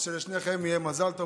אז שלשניכם יהיה מזל טוב.